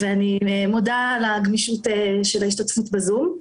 ואני מודה על הגמישות של ההשתתפות בזום.